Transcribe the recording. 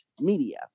Media